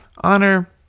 honor